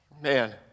man